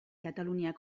katalunian